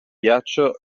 ghiaccio